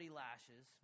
lashes